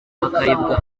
hakarebwa